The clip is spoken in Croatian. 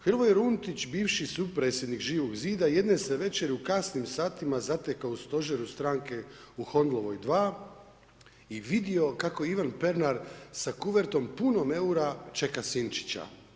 Hrvoje Runtić, bivši supredsjednik Živog zida, jedne se večeri u kasnim satima zatekao u stožeru stranke u Hondlovoj 2 i vidio kako Ivan Pernar sa kuvertom punom eura čeka Sinčića.